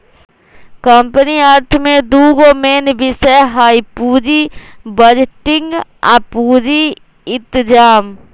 company अर्थ में दूगो मेन विषय हइ पुजी बजटिंग आ पूजी इतजाम